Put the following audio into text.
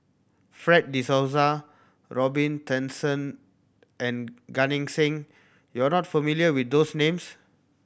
Fred De Souza Robin Tessensohn and Gan Eng Seng you are not familiar with those names